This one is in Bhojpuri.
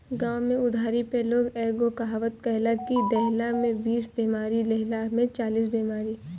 गांव में उधारी पे लोग एगो कहावत कहेला कि देहला में बीस बेमारी, लेहला में चालीस बेमारी